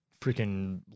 freaking